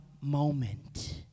moment